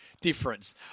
difference